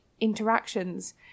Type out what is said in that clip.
interactions